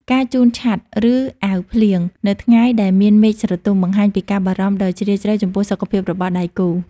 ការជូនឆ័ត្រ ឬអាវភ្លៀងនៅថ្ងៃដែលមានមេឃស្រទុំ បង្ហាញពីការបារម្ភដ៏ជ្រាលជ្រៅចំពោះសុខភាពរបស់ដៃគូ។